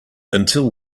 until